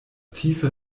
tiefe